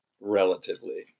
relatively